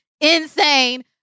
insane